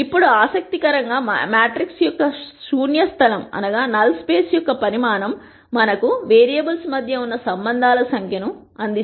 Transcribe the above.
ఇప్పుడు ఆసక్తి కరంగా మ్యాట్రిక్స్ యొక్క శూన్య స్థలం యొక్క పరిమాణం మనకు వేరియబుల్స్ మధ్య ఉన్న సంబంధాల సంఖ్యను అందిస్తుంది